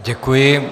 Děkuji.